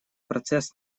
процесс